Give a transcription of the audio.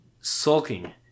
Sulking